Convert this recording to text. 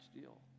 deal